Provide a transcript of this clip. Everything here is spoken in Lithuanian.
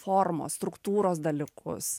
formos struktūros dalykus